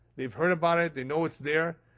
they've heard about it. they know it's there.